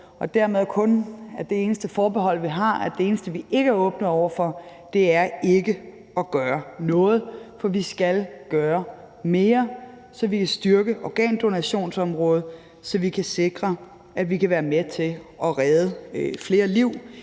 området, og det eneste forbehold, vi har, og det eneste, vi ikke er åbne over for, er ikke at gøre noget, for vi skal gøre mere, så vi kan styrke organdonationsområdet, sådan at vi kan sikre, at vi kan være med til at redde flere liv.